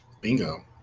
Bingo